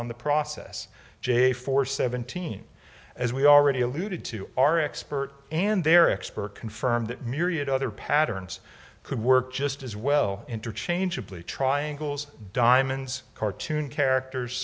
on the process j for seventeen as we already alluded to our expert and their expert confirmed that myriad other patterns could work just as well interchangeably triangles diamonds cartoon characters